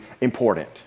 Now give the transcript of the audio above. important